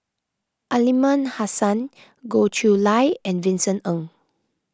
Aliman Hassan Goh Chiew Lye and Vincent Ng